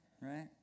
right